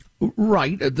Right